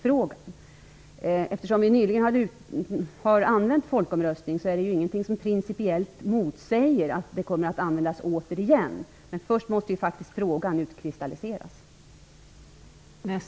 Folkomröstningsinstrumentet har nu nyligen använts, och det finns inget som principiellt motsäger att det inte kommer att användas återigen. Men först måste frågan faktiskt utkristalliseras.